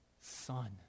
Son